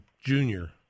junior